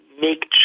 make